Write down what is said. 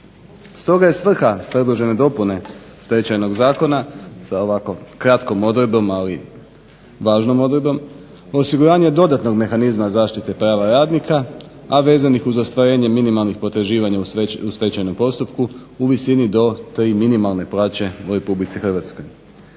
Stoga je svrha predložene dopune Stečajnog zakona sa ovako kratkom odredbom ali važnom odredbom osiguranje dodatnog mehanizma zaštite prava radnika, a vezanih uz ostvarenje minimalnih potraživanja u stečajnom postupku u visini do 3 minimalne plaće u RH. Važno